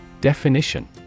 Definition